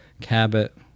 Cabot